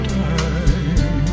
time